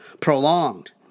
prolonged